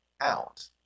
out